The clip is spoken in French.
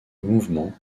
mouvements